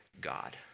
God